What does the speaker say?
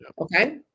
Okay